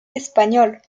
español